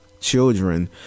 children